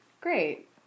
great